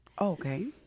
Okay